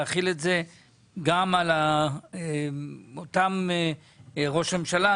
להחיל את זה גם על אותם ראש ממשלה,